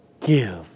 give